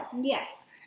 Yes